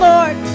Lord